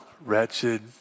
wretched